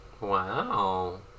Wow